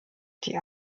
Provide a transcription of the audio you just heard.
die